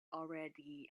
already